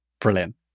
Brilliant